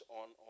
on